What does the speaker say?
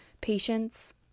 patients